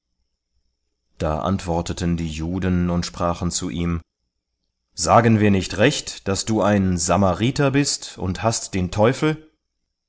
da antworteten die juden und sprachen zu ihm sagen wir nicht recht daß du ein samariter bist und hast den teufel